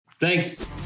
Thanks